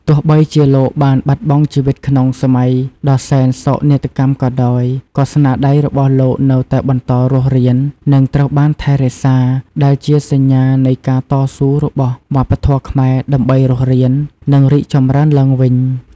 ទោះបីជាលោកបានបាត់បង់ជីវិតក្នុងសម័យដ៏សែនសោកនាដកម្មក៏ដោយ ក៏ស្នាដៃរបស់លោកនៅតែបន្តរស់រាន និងត្រូវបានថែរក្សា ដែលជាសញ្ញានៃការតស៊ូរបស់វប្បធម៌ខ្មែរដើម្បីរស់រាន និងរីកចម្រើនឡើងវិញ ។